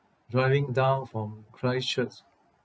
driving down from christchurch